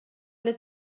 эле